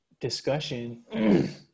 discussion